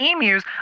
emus